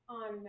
on